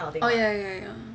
oh yeah yeah yeah